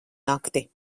nakti